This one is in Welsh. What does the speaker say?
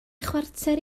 chwarter